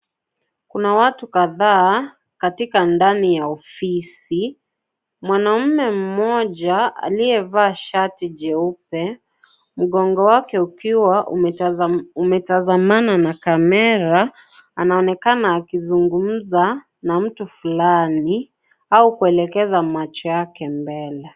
Kuna watu kadhaa katika ndani ya ofisi. Mwanaume mmoja aliyevaa shati jeupe, mgongo wake ukiwa umetazamana na kamera, anaonekana akizungumza na mtu fulani au kuelekeza macho yake mbele.